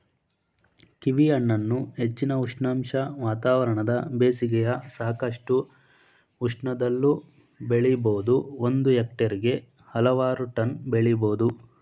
ಕೀವಿಹಣ್ಣನ್ನು ಹೆಚ್ಚಿನ ಉಷ್ಣಾಂಶ ವಾತಾವರಣದ ಬೇಸಿಗೆಯ ಸಾಕಷ್ಟು ಉಷ್ಣದಲ್ಲೂ ಬೆಳಿಬೋದು ಒಂದು ಹೆಕ್ಟೇರ್ಗೆ ಹಲವಾರು ಟನ್ ಬೆಳಿಬೋದು